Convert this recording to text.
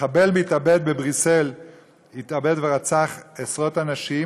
מחבל התאבד בבריסל התאבד ורצח עשרות אנשים,